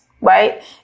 right